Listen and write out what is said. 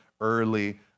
early